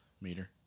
meter